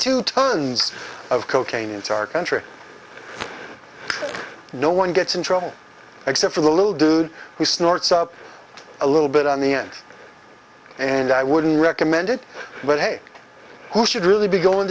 two tons of cocaine into our country no one gets in trouble except for the little dude he snorts up a little bit on the end and i wouldn't recommend it but hey who should really be going